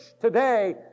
today